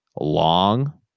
long